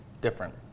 different